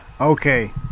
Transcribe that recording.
Okay